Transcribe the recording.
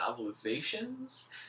novelizations